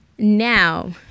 Now